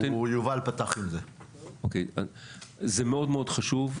זה מאוד מאוד חשוב.